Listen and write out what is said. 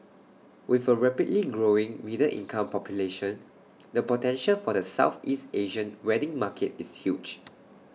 with A rapidly growing middle income population the potential for the Southeast Asian wedding market is huge